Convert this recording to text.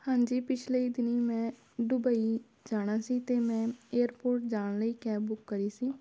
ਹਾਂਜੀ ਪਿਛਲੇ ਹੀ ਦਿਨੀਂ ਮੈਂ ਦੁਬਈ ਜਾਣਾ ਸੀ ਅਤੇ ਮੈਂ ਏਅਰਪੋਰਟ ਜਾਣ ਲਈ ਕੈਬ ਬੁੱਕ ਕਰੀ ਸੀ